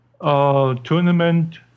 Tournament